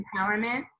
empowerment